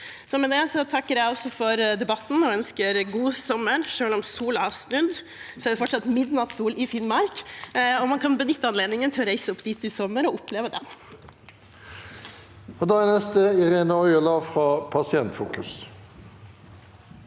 Med det takker jeg for debatten og ønsker god sommer. Selv om solen har snudd, er det fortsatt midnattssol i Finnmark. Man kan benytte anledningen til å reise dit i sommer og oppleve den. Irene Ojala (PF)